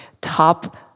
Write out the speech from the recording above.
top